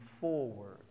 forward